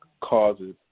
causes